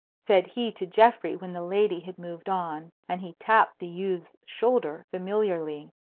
said he to geoffrey when the lady had moved on. and he tapped the youth's shoulder familiarly.